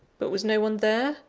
but was no one there,